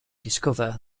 discover